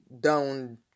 down